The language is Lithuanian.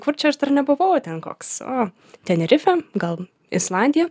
kur čia aš dar nebuvau ten koks o tenerifė gal islandija